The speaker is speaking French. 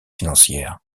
financière